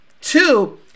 Two